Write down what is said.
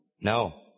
No